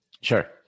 Sure